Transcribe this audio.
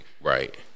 Right